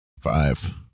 five